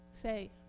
Say